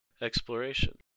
exploration